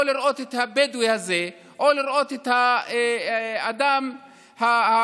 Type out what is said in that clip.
או לראות את הבדואי הזה, או לראות את האדם שנעצר,